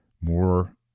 more